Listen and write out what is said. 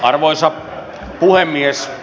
arvoisa puhemies